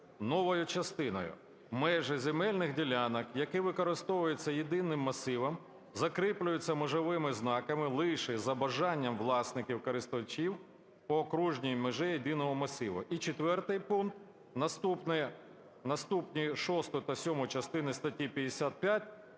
новою частиною: "Межі земельних ділянок, які використовуються єдиним масивом, закріплюються межовими знаками лише за бажанням власників (користувачів) по окружній межі єдиного масиву". І 4-й пункт. Наступні шосту та сьому частину статті 55